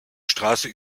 straße